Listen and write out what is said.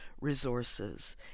resources